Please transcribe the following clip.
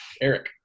Eric